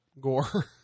Gore